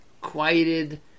quieted